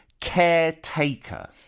caretaker